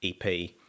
ep